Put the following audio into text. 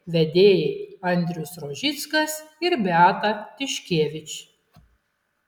vedėjai andrius rožickas ir beata tiškevič